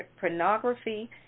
pornography